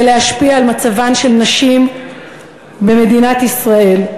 להשפיע על מצבן של נשים במדינת ישראל.